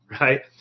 right